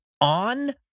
on